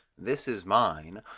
this is mine,